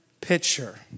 picture